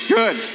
Good